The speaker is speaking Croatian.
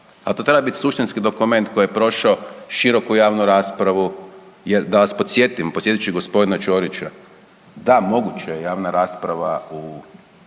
a to treba biti suštinski dokument koji je prošao široku javnu raspravu. Jer da vas podsjetim, podsjetit ću i gospodina Ćorića da moguće je javna rasprava